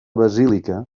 basílica